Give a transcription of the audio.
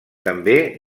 també